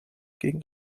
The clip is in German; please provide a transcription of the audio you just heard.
gegen